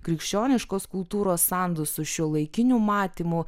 krikščioniškos kultūros sandus su šiuolaikiniu matymu